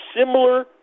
similar